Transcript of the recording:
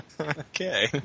Okay